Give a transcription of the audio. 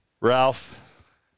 Ralph